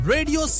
Radio